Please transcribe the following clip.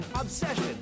obsession